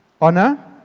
Honor